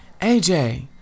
AJ